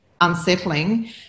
unsettling